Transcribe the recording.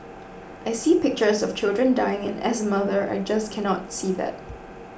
I see pictures of children dying and as a mother I just cannot see that